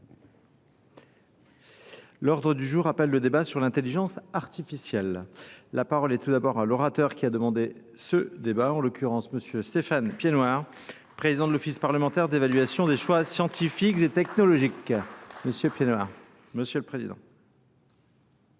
L'ordre du jour appelle le débat sur l'intelligence artificielle. La parole est tout d'abord à l'orateur qui a demandé ce débat, en l'occurrence Monsieur Stéphane Piennoir, président de l'office parlementaire d'évaluation des choix scientifiques et technologiques. Monsieur Piennoir. Monsieur le Président.